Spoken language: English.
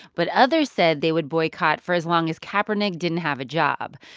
but others said they would boycott for as long as kaepernick didn't have a job.